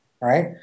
right